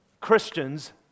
Christians